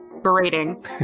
berating